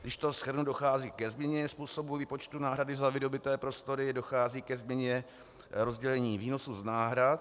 Když to shrnu, dochází ke změně způsobu výpočtu náhrady za vydobyté prostory, dochází ke změně rozdělení výnosů z náhrad.